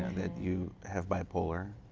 that you have bipolar?